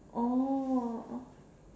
oh